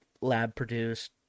lab-produced